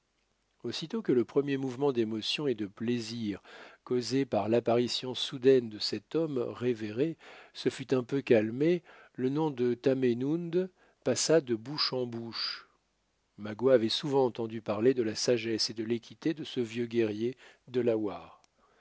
aussitôt que le premier mouvement d'émotion et de plaisir causé par l'apparition soudaine de cet homme révéré se fut un peu calmé le nom de tamenund passa de bouche en bouche magua avait souvent entendu parler de la sagesse et de l'équité de ce vieux guerrier delaware